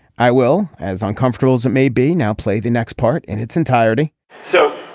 i will. as uncomfortable as it may be now play the next part in its entirety so